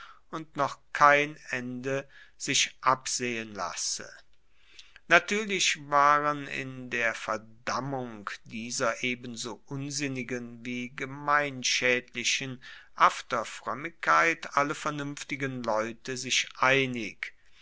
und noch kein ende sich absehen lasse natuerlich waren in der verdammung dieser ebenso unsinnigen wie gemeinschaedlichen afterfroemmigkeit alle vernuenftigen leute sich einig